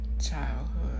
childhood